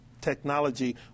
technology